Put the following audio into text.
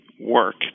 work